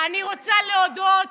אני רוצה להודות